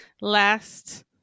Last